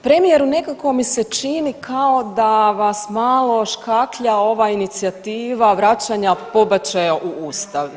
Premijeru nekako mi se čini kao da vas malo škaklja ova inicijativa vraćanja pobačaja u ustav.